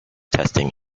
testing